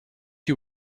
you